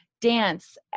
dance